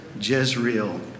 jezreel